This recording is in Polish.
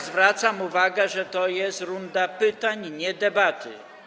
Zwracam uwagę, że to jest runda pytań, a nie debaty.